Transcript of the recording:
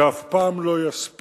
זה אף פעם לא יספיק,